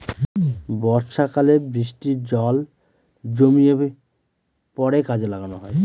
বর্ষাকালে বৃষ্টির জল জমিয়ে পরে কাজে লাগানো হয়